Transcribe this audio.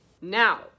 Now